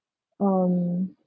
um